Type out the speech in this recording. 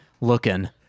looking